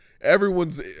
Everyone's